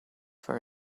for